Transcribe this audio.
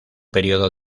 período